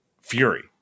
Fury